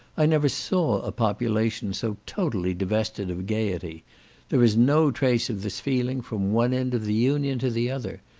i never saw a population so totally divested of gaiety there is no trace of this feeling from one end of the union to the other.